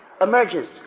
emerges